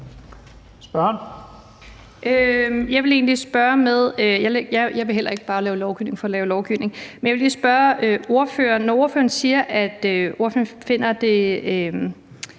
jeg vil lige spørge ordføreren: Når ordføreren siger, at ordføreren finder, at